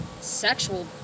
sexual